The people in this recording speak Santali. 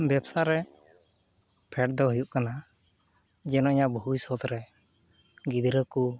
ᱵᱮᱵᱽᱥᱟᱨᱮ ᱯᱷᱮᱰᱫᱚ ᱦᱩᱭᱩᱜ ᱠᱟᱱᱟ ᱡᱮ ᱱᱚᱜᱼᱚᱭ ᱤᱧᱟᱹᱜ ᱵᱷᱚᱵᱤᱥᱥᱚᱛ ᱨᱮ ᱜᱤᱫᱽᱨᱟᱹᱠᱚ